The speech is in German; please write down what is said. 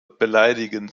beleidigen